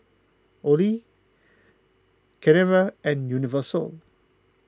Olay Carrera and Universal